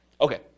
Okay